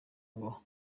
ngo